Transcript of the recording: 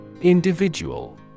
Individual